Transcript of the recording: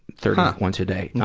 thirty once a day.